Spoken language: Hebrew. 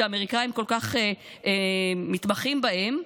שהאמריקאים כל כך מתמחים בהם,